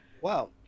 Wow